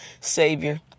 savior